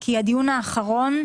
כי הדיון האחרון,